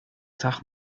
zach